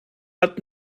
hat